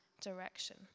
direction